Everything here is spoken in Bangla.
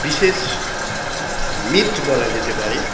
বিশেষ মিথ বলা যেতে পারে